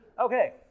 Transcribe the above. Okay